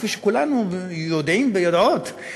כפי שכולנו יודעים ויודעות,